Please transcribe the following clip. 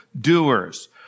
doers